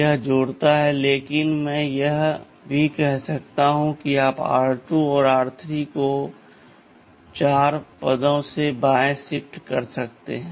यह जोड़ता है लेकिन मैं यह भी कह सकता हूं कि आप r2 और r3 को 4 पदों से बाये शिफ्ट कर दिए है